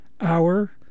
Hour